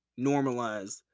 normalize